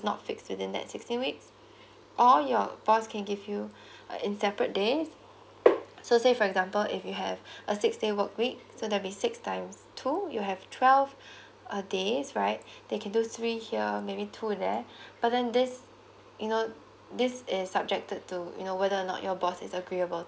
not fixed within that sixteen weeks or your boss can give you a in separate days so say for example if you have a six day work week so there'll be six times two you have twelve a days right they can do three here maybe to there but then this you know this is subjected to you know whether or not your boss is agreeable